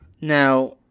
Now